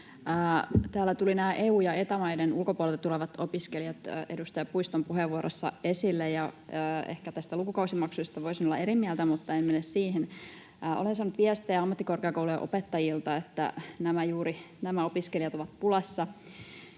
Täällä tulivat nämä EU- ja Eta-maiden ulkopuolelta tulevat opiskelijat edustaja Puiston puheenvuorossa esille, ja ehkä näistä lukukausimaksuista voisin olla eri mieltä, mutta en mene siihen. Olen saanut viestejä ammattikorkeakoulujen opettajilta, että juuri nämä opiskelijat ovat pulassa,